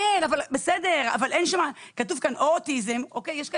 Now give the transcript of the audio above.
בסדר, אבל כתוב כאן או אוטיזם --- יש פה